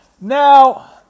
Now